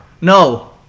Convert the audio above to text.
no